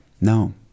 No